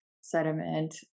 sediment